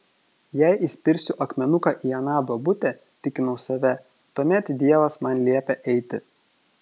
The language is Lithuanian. jei įspirsiu akmenuką į aną duobutę tikinau save tuomet dievas man liepia eiti